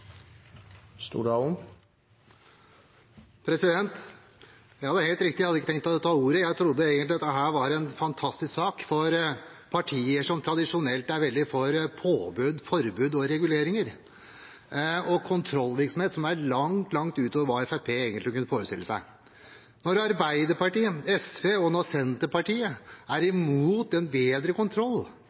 helt riktig – jeg hadde ikke tenkt å ta ordet. Jeg trodde egentlig dette var en fantastisk sak for partier som tradisjonelt er veldig for påbud, forbud, reguleringer og kontrollvirksomhet som er langt, langt utover hva Fremskrittspartiet egentlig kunne forestille seg. Når Arbeiderpartiet, SV og nå Senterpartiet er imot en bedre kontroll,